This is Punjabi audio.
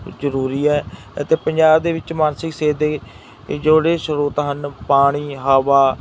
ਜ਼ਰੂਰੀ ਹੈ ਅਤੇ ਪੰਜਾਬ ਦੇ ਵਿੱਚ ਮਾਨਸਿਕ ਸਿਹਤ ਦੇ ਇਹ ਜਿਹੜੇ ਸਰੋਤ ਹਨ ਪਾਣੀ ਹਵਾ